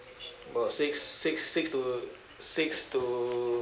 got six six six to six to